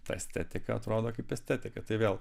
ta estetika atrodo kaip estetika tai vėl